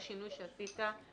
בשינוי שעשית,